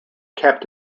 kept